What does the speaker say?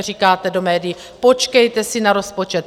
Říkáte do médií: Počkejte si na rozpočet.